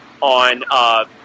on